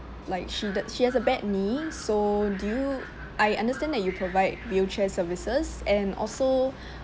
like she does she has a bad knee so do you I understand that you provide wheelchair services and also